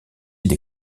des